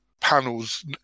panels